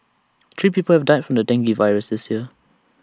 three people have died from the dengue virus this year